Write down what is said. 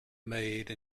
made